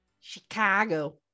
Chicago